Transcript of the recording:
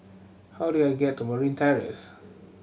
how do I get to Merryn Terrace